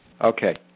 Okay